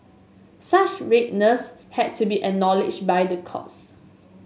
such redress had to be acknowledged by the courts